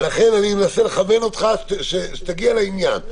לכן, אני מנסה לכוון אותך כדי שתגיע לעניין.